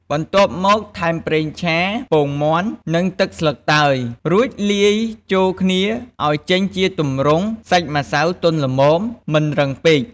បន្ទាប់មកថែមប្រេងឆា ពងមាន់ និងទឹកស្លឹកតើយ រួចលាយចូលគ្នាឱ្យចេញជាទម្រង់សាច់ម្សៅទន់ល្មម មិនរឹងពេក។